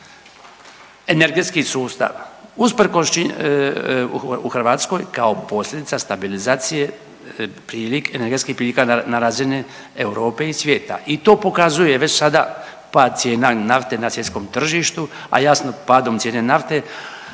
energetski sustav usprkos, u Hrvatskoj kao posljedica stabilizacije energetskih prilika na razini Europe i svijeta i to pokazuje već sada pad cijena nafte na svjetskom tržištu, a jasno padom cijene nafte